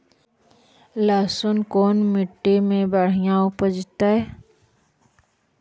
लहसुन कोन मट्टी मे बढ़िया उपजतै?